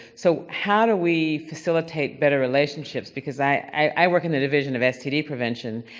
so how do we facilitate better relationships? because i work in the division of std prevention,